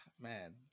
man